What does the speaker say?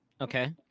Okay